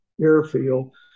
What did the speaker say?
airfield